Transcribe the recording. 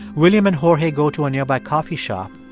william and jorge go to a nearby coffee shop,